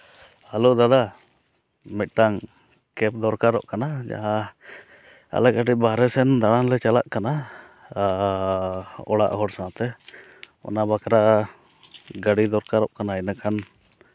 hello ᱫᱟᱫᱟ ᱢᱤᱫᱴᱟᱱ ᱠᱮᱵᱽ ᱫᱚᱨᱠᱟᱨᱚᱜ ᱠᱟᱱᱟ ᱟᱞᱮ ᱠᱟᱹᱴᱤᱡ ᱵᱟᱦᱨᱮ ᱥᱮᱱ ᱫᱟᱬᱟᱱ ᱞᱮ ᱪᱟᱞᱟᱜ ᱠᱟᱱᱟ ᱟᱨ ᱚᱲᱟᱜ ᱦᱚᱲ ᱥᱟᱶᱛᱮ ᱚᱱᱟ ᱵᱟᱠᱷᱨᱟ ᱜᱟᱹᱰᱤ ᱫᱚᱨᱠᱟᱨᱚᱜ ᱠᱟᱱᱟ ᱮᱸᱰᱮᱠᱷᱟᱱ